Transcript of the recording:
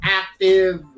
active